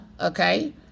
okay